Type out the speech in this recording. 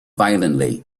violently